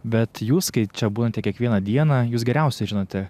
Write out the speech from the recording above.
bet jūs kai čia būnate kiekvieną dieną jūs geriausiai žinote